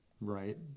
right